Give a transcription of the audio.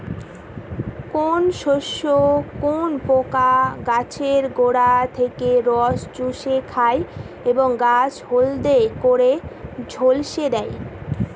কোন শস্যে কোন পোকা গাছের গোড়া থেকে রস চুষে খায় এবং গাছ হলদে করে ঝলসে দেয়?